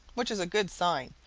which is a good sign,